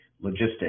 Logistics